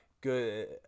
good